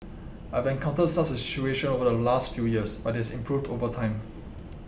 I've encountered such a situation over the last few years but it has improved over time